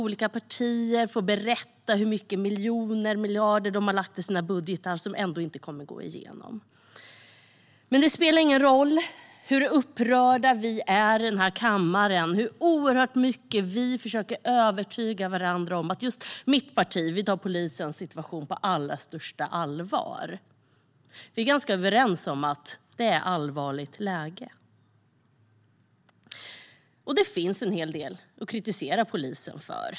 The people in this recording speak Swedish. Olika partier får berätta hur många miljoner och miljarder de har lagt i sina budgetar, som ändå inte kommer att gå igenom. Men det spelar ingen roll hur upprörda vi är i den här kammaren och hur mycket vi försöker övertyga varandra om att just det egna partiet tar polisens situation på allra största allvar. Vi är ganska överens om att det är ett allvarligt läge. Det finns faktiskt en hel del att kritisera polisen för.